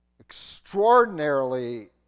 extraordinarily